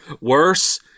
worse